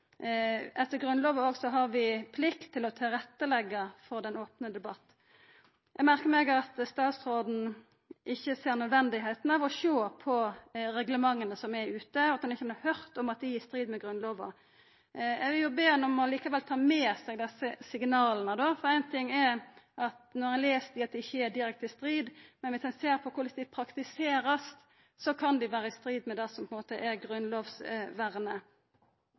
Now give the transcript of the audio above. Etter Grunnlova har vi òg plikt til å leggja til rette for ein open debatt. Eg merkar meg at statsråden ikkje ser det nødvendig å sjå på reglementa, at han ikkje har høyrt at dei er i strid med Grunnlova. Eg vil likevel be han om å ta med seg desse signala, for éin ting er at når ein les dei, ser ein ikkje at dei er direkte i strid med Grunnlova, men om ein ser på korleis dei vert praktiserte, kan dei vera i strid med grunnlovsvernet. Eg vil òg be statsråden ta med seg inn i regjeringa dette med om det